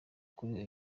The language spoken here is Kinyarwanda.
kuri